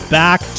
back